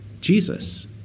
Jesus